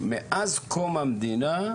שמראש מכניס את העיר